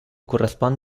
correspon